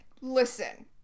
Listen